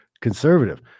conservative